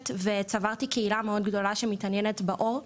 ויצרתי קהילה גדולה שמאוד מתעניינת בעור,